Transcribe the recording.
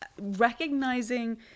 recognizing